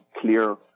clear